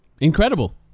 Incredible